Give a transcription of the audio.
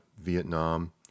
Vietnam